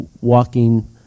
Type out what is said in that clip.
walking